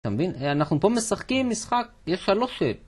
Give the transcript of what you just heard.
אתה מבין? אנחנו פה משחקים משחק, יש שלוש שד